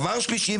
דבר שלישי,